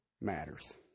matters